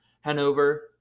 Hanover